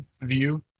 view